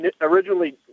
originally